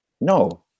no